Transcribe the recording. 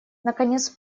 наконец